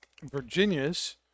Virginia's